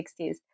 1960s